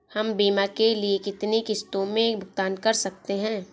हम बीमा के लिए कितनी किश्तों में भुगतान कर सकते हैं?